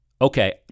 Okay